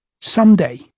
someday